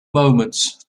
moments